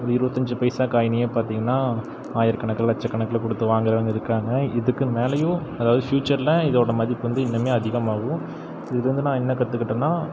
ஒரு இருபத்தஞ்சி பைசா காயினையே பார்த்தீங்கன்னா ஆயிரக்கணக்கில் லட்சக்கணக்கில் கொடுத்து வாங்குறவங்க இருக்காங்க இதுக்கு மேலையும் அதாவது ஃபியூச்சரில் இதோட மதிப்பு வந்து இன்னுமே அதிகமாகும் இதுலேந்து நான் என்ன கற்றுக்கிட்டேன்னா